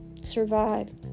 survive